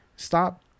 Stop